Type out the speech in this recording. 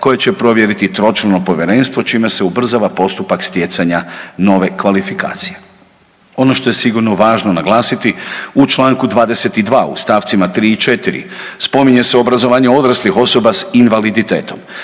koje će provjeriti tročlano povjerenstvo, čime se ubrzava postupak stjecanja nove kvalifikacije. Ono što je sigurno važno naglasiti, u čl. 22. u st. 3. i 4. spominje se obrazovanje odraslih osoba s invaliditetom,